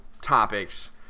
topics